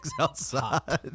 outside